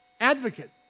advocate